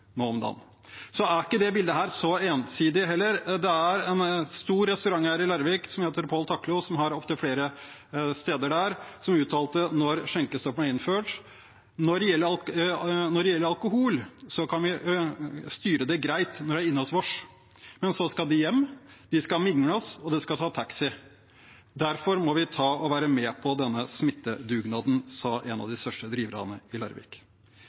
om dagen. Så er ikke dette bildet så ensidig heller. Det er en stor restauranteier i Larvik som heter Pål Taklo, som har opptil flere steder der. Han uttalte da skjenkestoppen ble innført: «Når det gjelder alkohol, kan vi styre det greit når folk er inne hos oss, men så skal folk hjem, de mingler og skal ta taxi. [...] Vi får være med på smittedugnaden.» Det sa en av de største driverne i Larvik.